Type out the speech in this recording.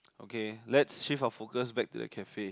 okay let's shift our focus back to the cafe